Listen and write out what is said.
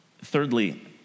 Thirdly